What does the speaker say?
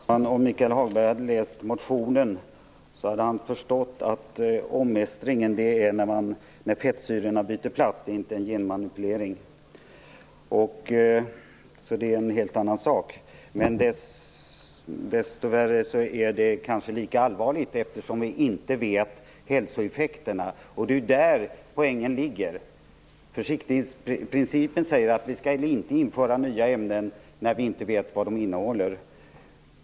Fru talman! Om Michael Hagberg hade läst motionen hade han förstått att omestring innebär att fettsyrorna byter plats. Det är inte genmanipulering. Det är en helt annan sak. Det är dessvärre kanske lika allvarligt, eftersom vi inte känner till hälsoeffekterna. Det är det som är poängen. Försiktighetsprincipen säger att vi inte skall införa nya ämnen när vi inte vet vad de innehåller.